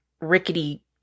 rickety-